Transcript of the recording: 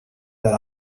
that